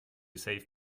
save